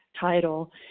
title